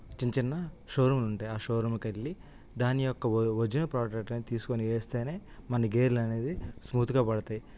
చిన్ చిన్న షోరూంలు ఉంటాయి ఆ షోరూంకు వెళ్ళి దాని యొక్క వొ ఒరిజినల్ ప్రాడక్ట్ అనేది తీసుకోని వేస్తే మన గేర్లు అనేది స్మూత్గా పడతాయి